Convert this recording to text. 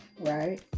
Right